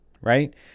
right